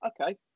okay